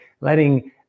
letting